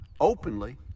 openly